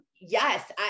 yes